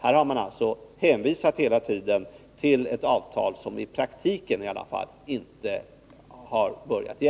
Här har man hela tiden hänvisat till ett avtal som inte har börjat gälla —i varje fall inte i praktiken.